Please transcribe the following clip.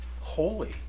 holy